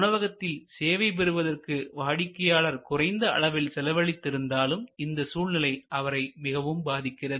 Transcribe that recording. உணவகத்தில் சேவை பெறுவதற்கு வாடிக்கையாளர் குறைந்த அளவில் செலவழித்து இருந்தாலும் இந்த சூழ்நிலை அவரை மிகவும் பாதிக்கிறது